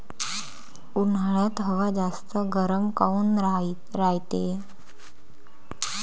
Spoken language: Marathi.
उन्हाळ्यात हवा जास्त गरम काऊन रायते?